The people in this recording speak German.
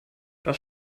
das